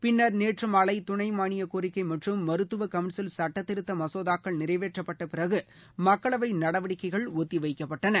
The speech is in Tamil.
பின்னா் நேற்று மாலை துணை மாளியக் கோரிக்கை மற்றும் மருத்துவ கவுன்சில் சுட்டத்திருத்த மசோதாக்கள் நிறைவேற்றப்பட்ட பிறகு மக்களவை நடவடிக்கைகள் ஒத்திவைக்கப்பட்டன